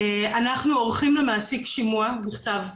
אנחנו עורכים למעסיק שימוע בכתב,